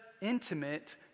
intimate